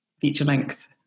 feature-length